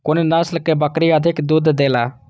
कुन नस्ल के बकरी अधिक दूध देला?